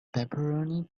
pepperoni